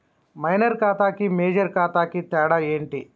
Minor ఖాతా కి major ఖాతా కి తేడా ఏంటి?